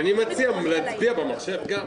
אז אני מציע להצביע גם במחשב.